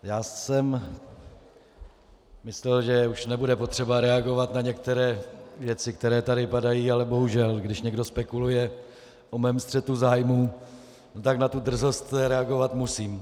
Já jsem myslel, že už nebude potřeba reagovat na některé věci, které tady padají, ale bohužel, když někdo spekuluje o mém střetu zájmů, tak na tu drzost reagovat musím.